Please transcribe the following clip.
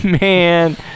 man